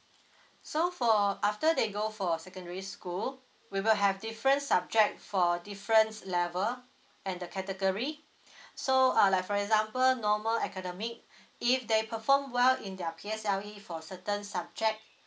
so for after they go for secondary school we will have different subject for different level and the category so uh like for example normal academic if they perform well in their P_S_L_E for certain subject